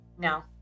no